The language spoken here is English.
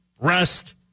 rest